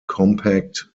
compact